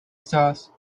stars